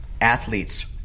athletes